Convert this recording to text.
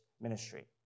ministry